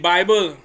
Bible